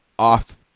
off